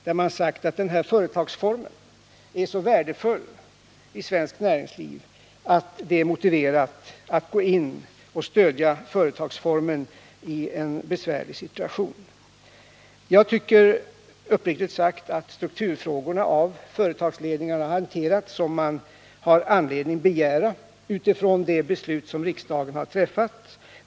Man har sagt att den här företagsformen är så värdefull i sve skt näringsliv att det är motiverat att gå in och stödja den i en besvärlig situation. Jag tycker, uppriktigt sagt, att strukturfrågorna har hanterats av företagsledningarna på ett sätt som man har anledning att begära utifrån de beslut som riksdagen har fattat.